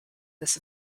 this